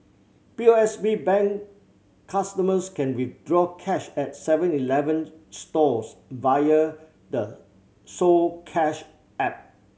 P O S B Bank customers can withdraw cash at Seven Eleven stores via the so Cash app